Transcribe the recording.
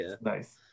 Nice